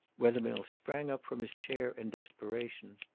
wethermill sprang up from his chair in desperation.